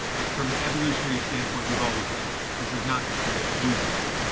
it's from an evolutionary standpoint. we've always done this. this is not, like, a new thing.